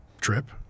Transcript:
trip